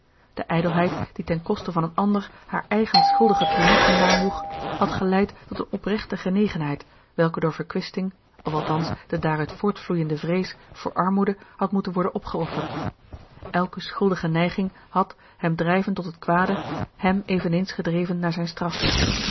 de ijdelheid die ten koste van een ander haar eigen schuldige triomfen najoeg had geleid tot eene oprechte genegenheid welke door verkwisting of althans de daaruit voortvloeiende vrees voor armoede had moeten worden opgeofferd elke schuldige neiging had hem drijvend tot het kwade hem eveneens gedreven naar zijne straf